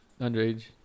underage